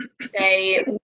say